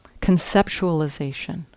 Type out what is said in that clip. conceptualization